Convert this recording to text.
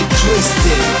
twisted